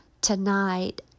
tonight